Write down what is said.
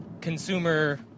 consumer